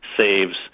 saves